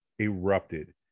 erupted